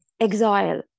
exile